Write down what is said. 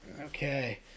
okay